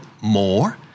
more